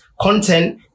content